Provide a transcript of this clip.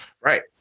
Right